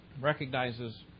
recognizes